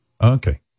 okay